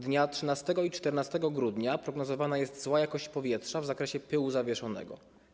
Dnia 13 i 14 grudnia prognozowana jest zła jakość powietrza w zakresie pyłu zawieszonego.